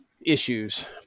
issues